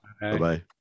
Bye-bye